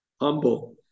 humble